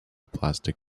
plastic